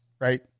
right